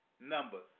numbers